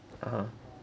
(uh huh)